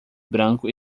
branco